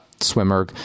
swimmer